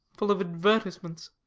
full of advertisements?